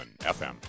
FM